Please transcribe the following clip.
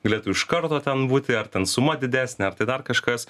galėtų iš karto ten būti ar ten suma didesnė ar tai dar kažkas